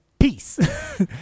Peace